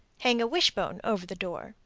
hang a wishbone over the door.